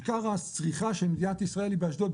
עיקר --- של מדינת ישראל היא באשדוד,